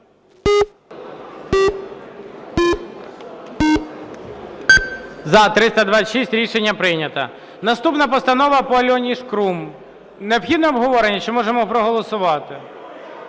За-326 Рішення прийнято. Наступна постанова по Альоні Шкрум. Необхідне обговорення чи можемо проголосувати?